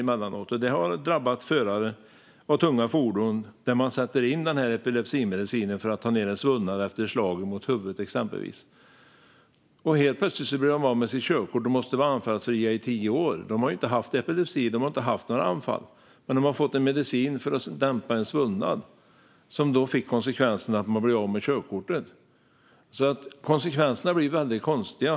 Förare av tunga fordon har drabbats när man exempelvis har satt in epilepsimedicin för att ta ned en svullnad efter slag mot huvudet. Helt plötsligt blir de av med sitt körkort och måste vara anfallsfria i tio år. De har inte haft epilepsi. De har inte haft några anfall. Men de har fått en medicin för att dämpa en svullnad. Konsekvensen är att de har blivit av med körkortet. Konsekvenserna blir alltså väldigt konstiga.